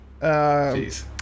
Jeez